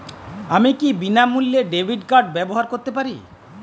আমি কি বিনামূল্যে ডেবিট কার্ড ব্যাবহার করতে পারি?